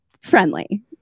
friendly